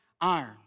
iron